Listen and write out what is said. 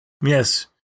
Yes